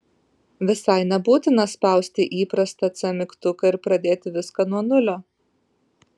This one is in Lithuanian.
visai nebūtina spausti įprastą c mygtuką ir pradėti viską nuo nulio